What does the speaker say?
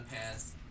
Pass